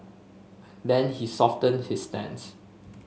then he softened he stance